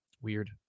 Weird